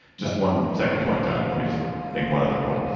just one second point, john. let me just make one other point,